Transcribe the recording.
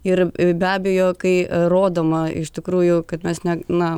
ir be abejo kai rodoma iš tikrųjų kad mes ne na